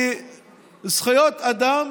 כי זכויות אדם